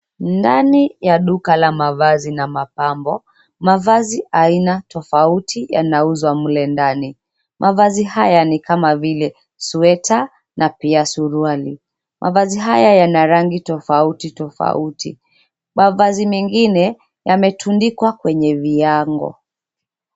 Ndani ya duka la mavazi na mapambo, mavazi aina tofauti yanauzwa mle ndani. Mavazi haya ni kama vile sweta na pia suruali. Mavazi haya yana rangi tofauti tofauti. Mavazi mengine yametundikwa kwenye viango.